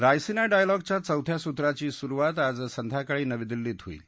रायसिना डायलॉगच्या चौथ्या सत्राची सुरुवात आज संध्याकाळी नवी दिल्लीत होईल